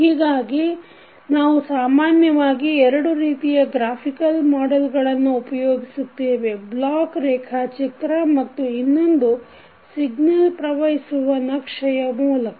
ಹೀಗಾಗಿ ನಾವು ಸಾಮಾನ್ಯವಾಗಿ ಎರಡು ರೀತಿಯ ಗ್ರಾಫಿಕಲ್ ಮಾಡೆಲ್ಗಳನ್ನು ಉಪಯೋಗಿಸುತ್ತೇವೆ ಬ್ಲಾಕ್ ರೇಖಾಚಿತ್ರ ಮತ್ತು ಇನ್ನೊಂದು ಸಿಗ್ನಲ್ ಪ್ರವಹಿಸುವ ನಕ್ಷೆಯ ಮೂಲಕ